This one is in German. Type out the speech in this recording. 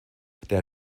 der